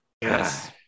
Yes